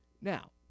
Now